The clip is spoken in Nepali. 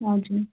हजुर